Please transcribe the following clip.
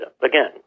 again